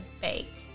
bake